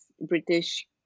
British